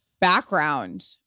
background